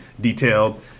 detailed